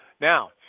now